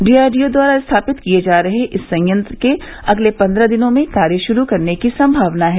DRDO द्वारा स्थापित किये जा रहे इस संयंत्र के अगले पन्द्रह दिनों में कार्य शुरू करने की सम्भावना है